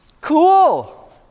cool